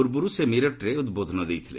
ପୂର୍ବରୁ ସେ ମିରଟରେ ଉଦ୍ବୋଧନ ଦେଇଥିଲେ